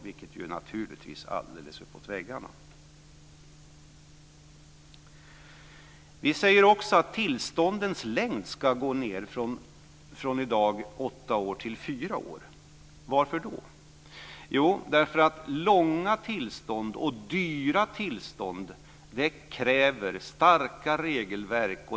Detta är naturligtvis alldeles uppåt väggarna. Vi säger också att tillståndens längd ska gå ned från i dag åtta år till fyra år. Varför då? Jo, därför att långa tillstånd och dyra tillstånd kräver starka regelverk.